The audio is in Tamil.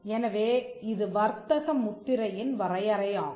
எனவே இது வர்த்தக முத்திரையின் வரையறையாகும்